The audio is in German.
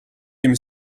dem